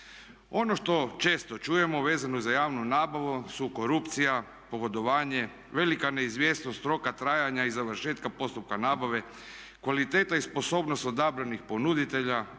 Ono što često čujemo vezano za javnu nabavu su korupcija, pogodovanje, velika neizvjesnost roka trajanja i završetka postupka nabave, kvaliteta i sposobnost odabranih ponuditelja,